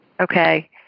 Okay